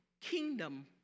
kingdom